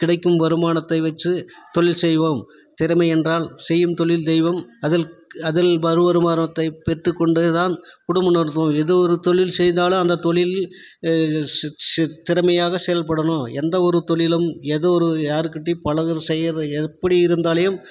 கிடைக்கும் வருமானத்தை வச்சு தொழில் செய்வோம் திறமை என்றால் செய்யும் தொழில் தெய்வம் அதில் அதில் வரும் வருமானத்தை பெற்று கொண்டுதான் குடும்ப நடத்துவோம் இது ஒரு தொழில் செய்தால் அந்த தொழில் திறமையாக செயல்படணும் எந்த ஒரு தொழிலும் எது ஒரு யாருகிட்டேயும் பழக செய்வது எப்படி இருந்தாலும்